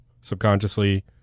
subconsciously